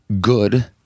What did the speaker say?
good